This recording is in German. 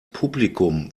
publikum